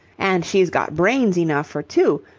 and she's got brains enough for two,